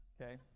Okay